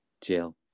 Jill